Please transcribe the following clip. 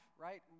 right